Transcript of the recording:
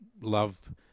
love